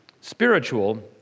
spiritual